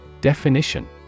Definition